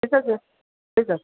ঠিক আছে ঠিক আছে